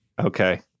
Okay